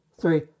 three